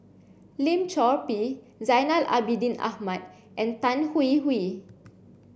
Lim Chor Pee Zainal Abidin Ahmad and Tan Hwee Hwee